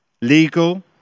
legal